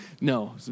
no